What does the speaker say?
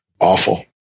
awful